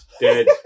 dead